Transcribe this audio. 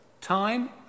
time